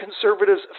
conservatives